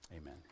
amen